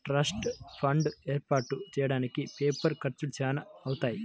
trust fund ఏర్పాటు చెయ్యడానికి paper ఖర్చులు చానా అవుతాయి